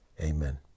Amen